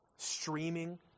streaming